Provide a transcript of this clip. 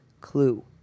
clue